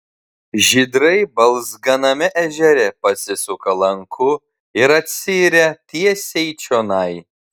žydrai balzganame ežere pasisuka lanku ir atsiiria tiesiai čionai